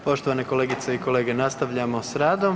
Poštovane kolegice i kolege nastavljamo s radom.